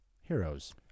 heroes